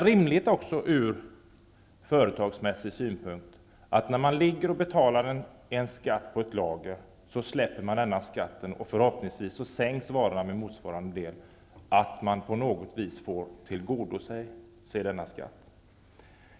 Företagsmässigt är det ganska rimligt att skatt som betalas för lager och som sedan så att säga släpps innebär att man -- priset för varan sänks, förhoppningsvis, i motsvarande utsträckning -- på något vis får tillgodogöra sig dessa pengar.